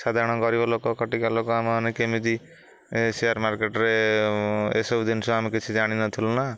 ସାଧାରଣ ଗରିବ ଲୋକ ଖଟିଖିଆ ଲୋକ ଆମମାନେ କେମିତି ସେୟାର ମାର୍କେଟରେ ଏସବୁ ଜିନିଷ ଆମେ କିଛି ଜାଣିନଥିଲୁ ନା